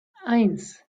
eins